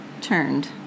turned